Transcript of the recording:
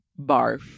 barf